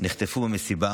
נחטפו במסיבה.